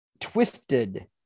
twisted